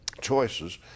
choices